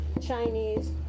chinese